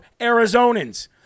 Arizonans